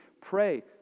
Pray